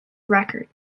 record